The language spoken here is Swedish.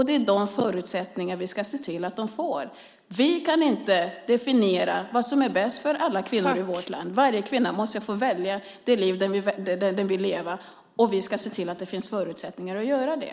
Det är de förutsättningarna vi ska se till att de får. Vi kan inte definiera vad som är bäst för alla kvinnor i vårt land. Varje kvinna måste få välja det liv hon vill leva, och vi ska se till att det finns förutsättningar att göra det.